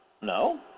No